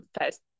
first